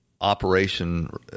operation